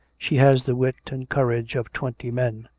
she has the wit and courage of twenty men.